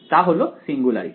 তা হলো সিঙ্গুলারিটি